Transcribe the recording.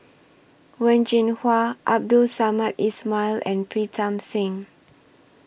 Wen Jinhua Abdul Samad Ismail and Pritam Singh